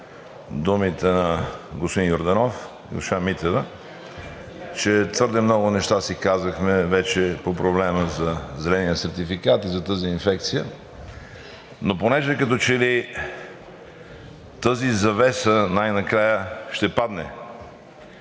думите на господин Йорданов и госпожа Митева, че твърде много неща си казахме вече по проблема за зеления сертификат и за тази инфекция, и понеже като че ли тази завеса най-накрая ще падне